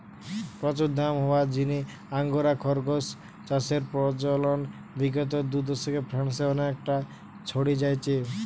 প্রচুর দাম হওয়ার জিনে আঙ্গোরা খরগোস চাষের প্রচলন বিগত দুদশকে ফ্রান্সে অনেকটা ছড়ি যাইচে